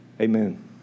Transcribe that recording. Amen